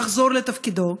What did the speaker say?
לחזור לתפקידו.